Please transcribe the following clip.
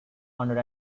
under